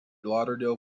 lauderdale